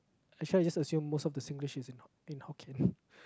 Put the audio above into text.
actually I just assume most of the Singlish is in in Hokkien